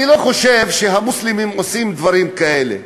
אני לא חושב שהמוסלמים עושים דברים כאלה,